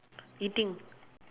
eating